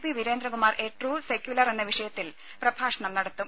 P Veerendrakumar a true secular എന്ന വിഷയത്തിൽ പ്രഭാഷണം നടത്തും